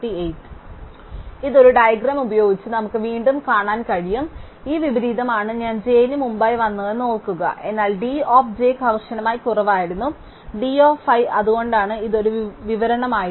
അതിനാൽ ഇത് ഒരു ഡയഗ്രം ഉപയോഗിച്ച് നമുക്ക് വീണ്ടും കാണാൻ കഴിയും അതിനാൽ ഈ വിപരീതമാണ് ഞാൻ j ന് മുമ്പായി വന്നതെന്ന് ഓർക്കുക എന്നാൽ d ഓഫ് j കർശനമായി കുറവായിരുന്നു d ഓഫ് i അതുകൊണ്ടാണ് ഇത് ഒരു വിവരണമായത്